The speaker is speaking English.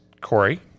Corey